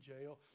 jail